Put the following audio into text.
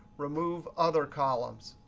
remove other columns.